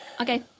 Okay